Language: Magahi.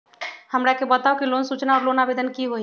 हमरा के बताव कि लोन सूचना और लोन आवेदन की होई?